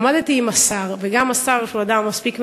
עמדתי עם השר, והשר הוא אדם מספיק מנוסה,